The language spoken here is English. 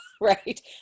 Right